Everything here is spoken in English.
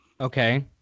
Okay